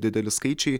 dideli skaičiai